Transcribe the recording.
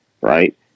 right